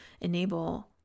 enable